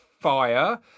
fire